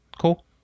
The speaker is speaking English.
Cool